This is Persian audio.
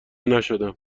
نشدم